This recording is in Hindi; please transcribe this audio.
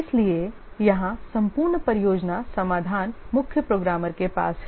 इसलिए यहां संपूर्ण परियोजना समाधान मुख्य प्रोग्रामर के पास है